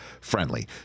friendly